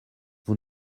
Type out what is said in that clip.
vous